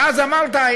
ואז אמרת,